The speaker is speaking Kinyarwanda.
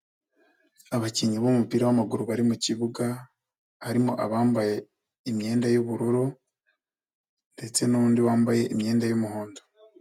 Abakinnyi b'umupira w'amaguru bari mukibuga, harimo abambaye imyenda y'ubururu, ndetse n'undi wambaye imyenda y'umuhondo.